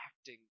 acting